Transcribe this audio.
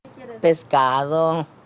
Pescado